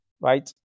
right